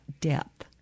depth